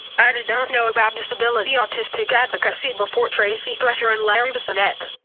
i did not know about disability autistic advocacy before tracy thresher and larry and bissonette.